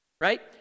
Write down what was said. Right